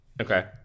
Okay